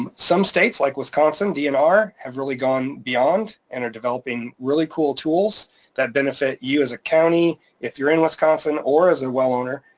some states like wisconsin, dnr have really gone beyond and are developing really cool tools that benefit you as a county. if you're in wisconsin or as a well owner,